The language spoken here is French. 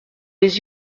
les